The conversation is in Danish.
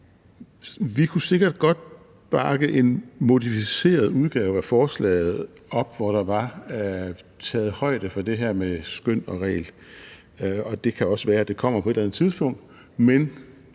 Vi kunne sikkert godt bakke en modificeret udgave af forslaget op, hvor der var taget højde for det her med skøn og regel, og det kan også være, at det kommer på et eller andet tidspunkt, men